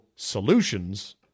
Solutions